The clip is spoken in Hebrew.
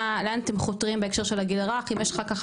מה לאן אתם חותרים בהקשר של הגיל הרך אם יש לך ככה